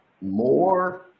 more